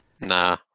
Nah